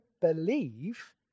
believe